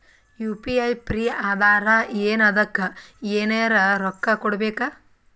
UPI free ಅದಾರಾ ಏನ ಅದಕ್ಕ ಎನೆರ ರೊಕ್ಕ ಕೊಡಬೇಕ?